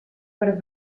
per